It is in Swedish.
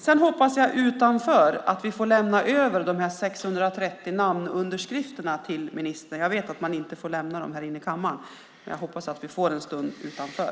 Jag hoppas att vi får lämna över de 630 namnunderskrifterna till ministern. Jag vet att vi inte får göra det här i kammaren, men jag hoppas att vi får en stund utanför.